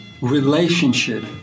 relationship